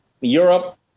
Europe